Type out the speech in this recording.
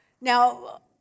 Now